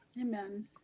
Amen